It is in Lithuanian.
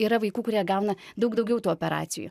yra vaikų kurie gauna daug daugiau tų operacijų